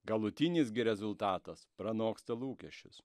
galutinis gi rezultatas pranoksta lūkesčius